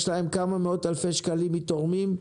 יש להם כמה מאות אלפי שקלים מתורמים,